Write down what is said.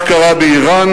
כך קרה באירן,